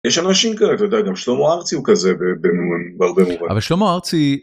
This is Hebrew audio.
יש אנשים כאלה, אתה יודע, גם שלמה ארצי הוא כזה, בהרבה מובנים. אבל שלמה ארצי.